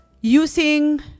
using